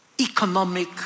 economic